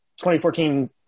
2014